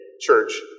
church